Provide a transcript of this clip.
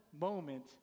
moment